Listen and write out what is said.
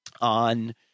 on